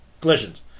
collisions